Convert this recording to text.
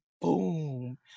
boom